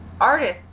artist